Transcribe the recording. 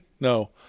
No